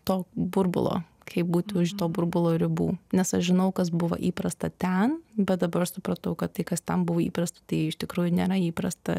to burbulo kaip būti už to burbulo ribų nes aš žinau kas buvo įprasta ten bet dabar aš supratau kad tai kas ten buvo įprasta tai iš tikrųjų nėra įprasta